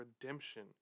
redemption